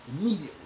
immediately